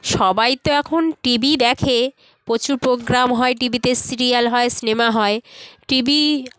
সবাই তো এখন টিভিই দেখে প্রচুর প্রোগ্রাম হয় টিভিতে সিরিয়াল হয় সিনেমা হয় টিভি